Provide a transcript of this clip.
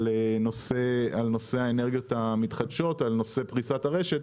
נושא האנרגיות המתחדשות בפריסת הרשת.